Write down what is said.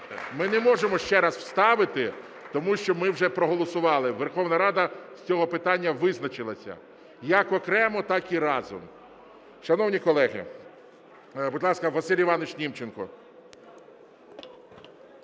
Ми не можемо ще раз ставити, тому що ми вже проголосували, Верховна Рада з цього питання визначилася як окремо, так і разом. Шановні колеги! Будь ласка, Василь Іванович Німченко.